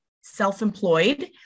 self-employed